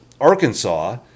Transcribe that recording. Arkansas